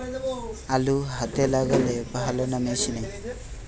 আলু হাতে লাগালে ভালো না মেশিনে?